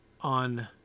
on